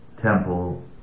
temple